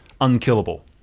unkillable